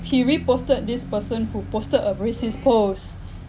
he reposted this person who posted a racist post